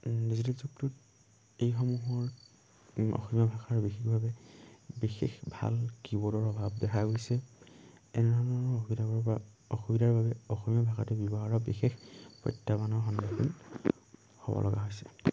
digital যুগটোত এইসমূহৰ অসমীয়া ভাষাৰ বিশেষভাৱে বিশেষ ভাল কীবোৰ্ডৰ অভাৱ দেখা গৈছে এনেধৰণৰ অসুবিধাবোৰৰ অসুবিধাৰ বাবে অসমীয়া ভাষাতে ব্যৱহাৰৰ বিশেষ প্ৰত্যাহ্বানৰ সন্মুখীন হ'ব লগা হৈছে